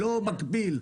ב-ג' ולא יבוא מקביל.